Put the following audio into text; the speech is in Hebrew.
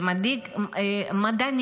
זה מדאיג מדענים,